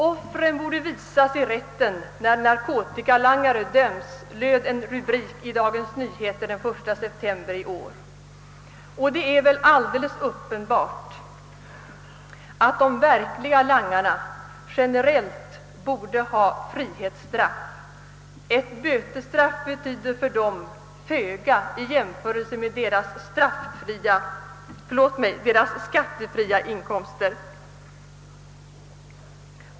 »Offren borde visas i rätten när narkotikalangare döms» löd en rubrik i Dagens Nyheter den 1 september i år, och det är väl alldeles uppenbart att de verkliga langarna generellt borde ha frihetsstraff. Ett bötesstraff betyder för dem föga i jämförelse med deras skattefria inkomster.